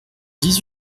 dix